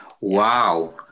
Wow